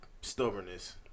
Stubbornness